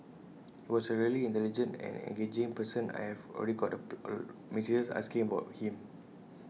he was A really intelligent and engaging person and I've already got A lot of messages asking about him